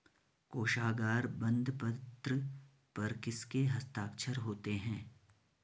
कोशागार बंदपत्र पर किसके हस्ताक्षर होते हैं?